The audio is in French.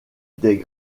des